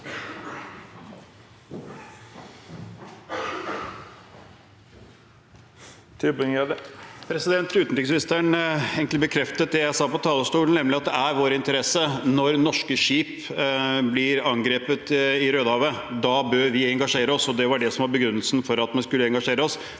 Uten- riksministeren bekreftet egentlig det jeg sa på talerstolen, nemlig at det er vår interesse når norske skip blir angrepet i Rødehavet. Da bør vi engasjere oss, og det var det som var begrunnelsen for at vi skulle engasjere oss